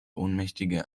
ohnmächtige